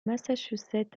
massachusetts